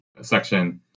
section